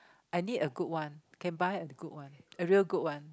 I need a good one can buy a good one a real good one